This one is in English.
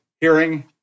hearing